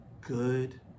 good